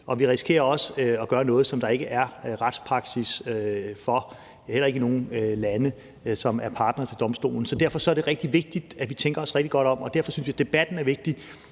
og vi risikerer også at gøre noget, der ikke er retspraksis for, heller ikke i nogen lande, som er partner til domstolen. Så derfor er det rigtig vigtigt, at vi tænker os rigtig godt om, og derfor synes jeg, at debatten er vigtig.